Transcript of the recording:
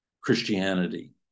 Christianity